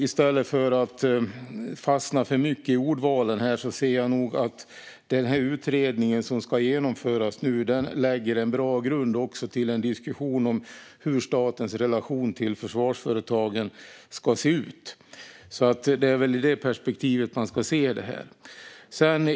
I stället för att fastna för mycket i ordvalen ser jag nog att den här utredningen, som nu ska genomföras, lägger en bra grund till en diskussion om hur statens relation till försvarsföretagen ska se ut. Det är väl i det perspektivet man ska se detta.